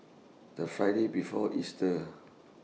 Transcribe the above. The Friday before Easter